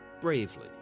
bravely